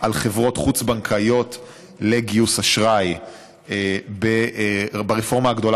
על חברות חוץ-בנקאיות לגיוס אשראי ברפורמה הגדולה